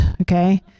Okay